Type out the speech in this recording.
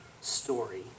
story